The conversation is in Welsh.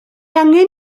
angen